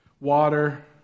water